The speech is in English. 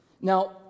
Now